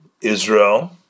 Israel